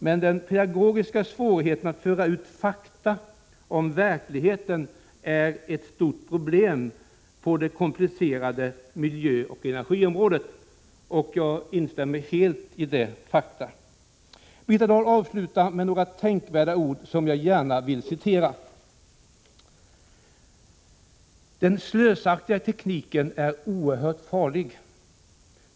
Men den pedagogiska svårigheten att föra ut fakta om verkligheten är ett stort problem på det komplicerade miljöoch energiområdet.” Jag instämmer helt i detta faktiska konstaterande. Birgitta Dahl avslutar med några tänkvärda ord, som jag gärna vill citera: ”Den slösaktiga tekniken är oerhört farlig.